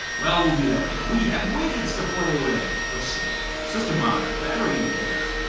well, we'll do that later. we have widgets to play with. let's see. system monitor, battery indicator.